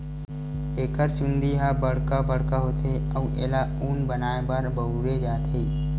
एकर चूंदी ह बड़का बड़का होथे अउ एला ऊन बनाए बर बउरे जाथे